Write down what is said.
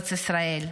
לארץ ישראל.